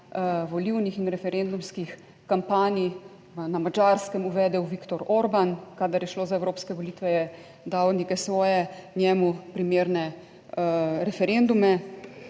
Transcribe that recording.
volilnih in referendumskih kampanj na Madžarskem uvedel Viktor Orbán. Kadar je šlo za evropske volitve, je dal neke svoje, njemu primerne referendume.